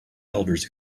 elders